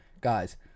Guys